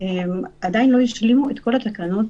עדיין לא השלימו את כל התקנות